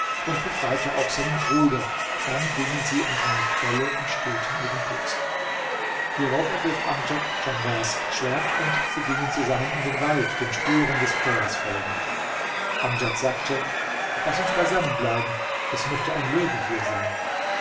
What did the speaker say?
und befreite auch seinen bruder dann gingen sie an eine quelle und stillten ihren durst hierauf ergriff amdjad djandars schwert und sie gingen zusammen in den wald den spuren des pferdes folgend amdjad sagte laß uns beisammen bleiben es möchte ein löwe hier sein